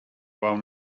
while